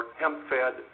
hemp-fed